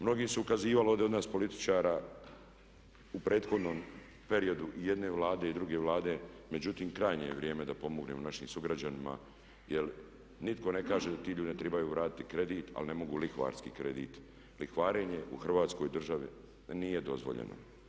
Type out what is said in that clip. Mnogi su ukazivali ovdje od nas političara u prethodnom periodu i jedne Vlade i druge Vlade, međutim krajnje je vrijeme da pomognemo našim sugrađanima jer nitko ne kaže da ti ljudi ne trebaju vratiti kredit ali ne mogu lihvarski kredit, lihvarenje u Hrvatskoj državi nije dozvoljen.